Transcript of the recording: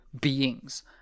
beings